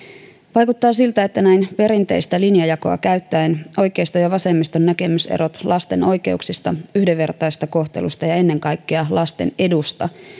vaikuttaa siltä että näin perinteistä linjajakoa käyttäen oikeiston ja vasemmiston näkemyserot lasten oikeuksista yhdenvertaisesta kohtelusta ja ennen kaikkea lasten edusta